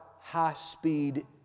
high-speed